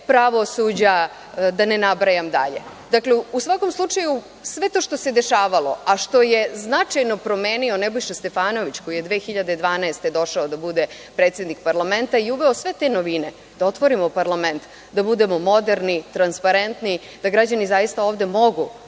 pravosuđa, da ne nabrajam dalje. Dakle, u svakom slučaju sve to što se dešavalo, a što je značajno promenio Nebojša Stefanović koji je 2012. godine došao da bude predsednik parlamenta i uveo sve te novine da otvorimo parlament, da budemo moderni, transparentni, da građani zaista ovde mogu